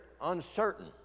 uncertain